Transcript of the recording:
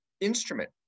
instrument